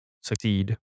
succeed